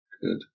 Good